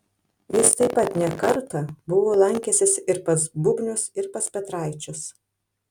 jis taip pat ne kartą buvo lankęsis ir pas bubnius ir pas petraičius